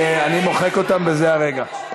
אני מוחק אותן בזה הרגע.